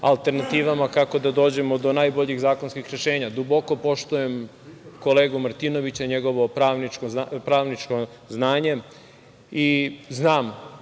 alternativama kako da dođemo do najboljih zakonskih rešenja. Duboko poštujem kolegu Martinovića i njegovo pravničko znanje i znam